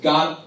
God